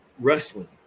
wrestling